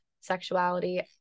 sexuality